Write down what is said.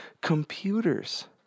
computers